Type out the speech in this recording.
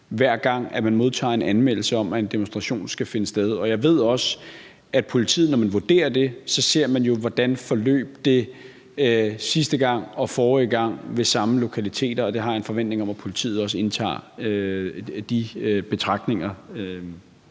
hver gang man modtager en anmeldelse om, at en demonstration skal finde sted. Jeg ved også, at politiet, når man vurderer det, ser på, hvordan det forløb sidste gang og forrige gang ved samme lokaliteter, og jeg har en forventning om, at politiet også indtager de betragtninger